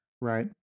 Right